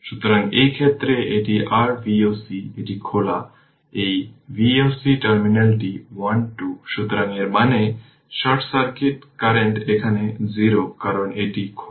সুতরাং এই ক্ষেত্রে এটি r V o c এটি খোলা এই v o c টার্মিনালটি 1 2 সুতরাং এর মানে শর্ট সার্কিট কারেন্ট এখানে 0 কারণ এটি খোলা